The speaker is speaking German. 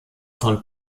von